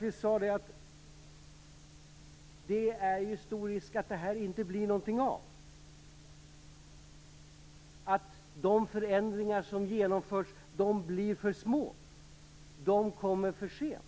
Vi sade att det är stor risk för att det inte blir någonting av det här, att de förändringar som genomförs blir för små, att de kommer för sent.